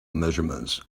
measurements